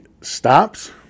stops